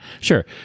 Sure